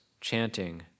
chanting